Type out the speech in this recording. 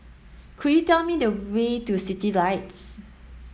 could you tell me the way to Citylights